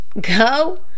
Go